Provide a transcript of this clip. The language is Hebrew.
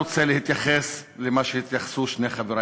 רוצה להתייחס למה שהתייחסו שני חברי